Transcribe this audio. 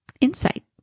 insight